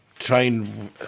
Trying